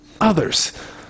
others